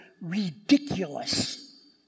ridiculous